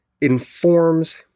informs